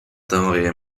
teorie